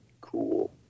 cool